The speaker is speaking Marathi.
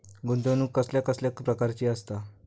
गुंतवणूक कसल्या कसल्या प्रकाराची असता?